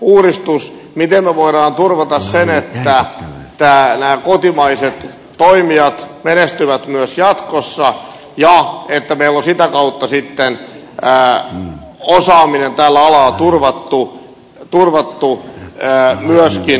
miten me voimme turvata sen että nämä kotimaiset toimijat menestyvät myös jatkossa ja että meillä on sitä kautta osaaminen tällä alalla turvattu myöskin pitkällä aikavälillä